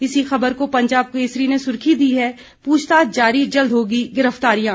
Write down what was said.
इसी खबर को पंजाब केसरी ने सुर्खी दी है प्रछताछ जारी जल्द होंगी गिरफ्तारियां